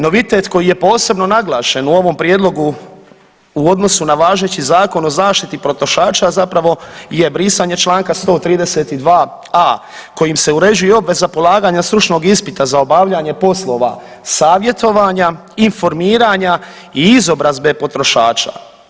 Novitet koji je posebno naglašen u ovom prijedlogu u odnosu na važeći Zakon o zaštiti potrošača zapravo je brisanje članka 132a. kojim se uređuje i obveza polaganja stručnog ispita za obavljanje poslova savjetovanja, informiranja i izobrazbe potrošača.